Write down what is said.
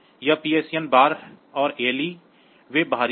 यह PSEN bar और ALE वे बाहरी हैं